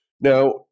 Now